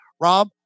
Rob